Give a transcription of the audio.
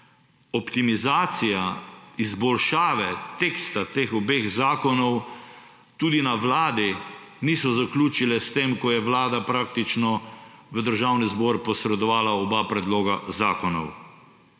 optimizacija, izboljšave teksta teh obeh zakonov tudi na vladi niso zaključile s tem, ko je Vlada praktično v Državni zbor posredovala oba predloga zakonov.